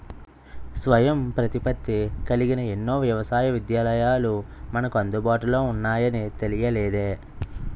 స్వయం ప్రతిపత్తి కలిగిన ఎన్నో వ్యవసాయ విశ్వవిద్యాలయాలు మనకు అందుబాటులో ఉన్నాయని తెలియలేదే